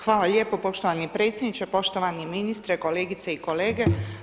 Hvala lijepo poštovani predsjedniče, poštovani ministre, kolegice i kolege.